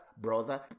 brother